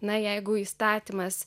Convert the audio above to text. na jeigu įstatymas